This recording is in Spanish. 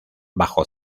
bajo